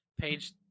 page